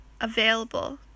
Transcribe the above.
available